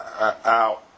out